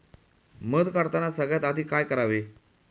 मध काढताना सगळ्यात आधी काय करावे?